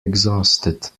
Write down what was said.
exhausted